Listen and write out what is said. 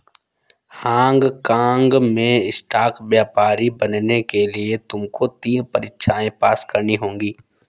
Hong काँग में stock व्यापारी बनने के लिए तुमको तीन परीक्षाएं पास करनी होंगी